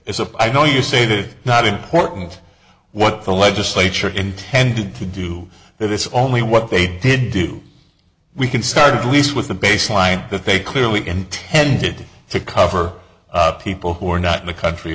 a i know you say not important what the legislature intended to do that it's only what they did do we can start at least with the baseline that they clearly intended to cover people who are not in the country